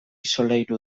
solairu